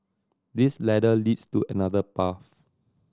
this ladder leads to another path